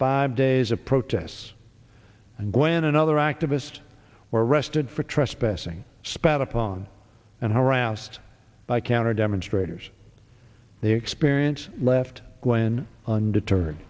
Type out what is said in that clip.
five days of protests and when another activists were arrested for trespassing spat upon and harassed by counter demonstrators the experience left when undeterred